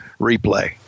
replay